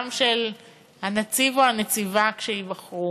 גם של הנציב או הנציבה שייבחר,